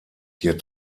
hier